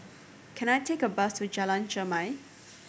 can I take a bus to Jalan Chermai